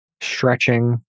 stretching